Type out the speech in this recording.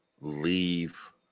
leave